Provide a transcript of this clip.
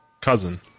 cousin